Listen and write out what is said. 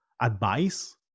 advice